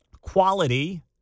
quality